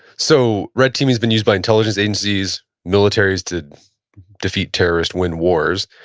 so, red teaming has been used by intelligence agencies, militaries to defeat terrorist win wars.